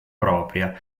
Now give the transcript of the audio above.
propria